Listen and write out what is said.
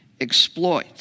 exploit